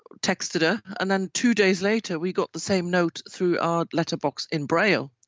texted her and then two days later we got the same note through our letterbox in braille.